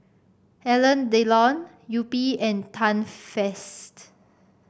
Alain Delon Yupi and Too Faced